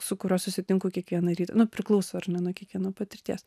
su kuriuo susitinku kiekvieną rytąnu priklauso nuo kiekvieno patirties